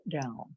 down